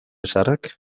zaharrek